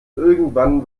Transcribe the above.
irgendwann